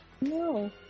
No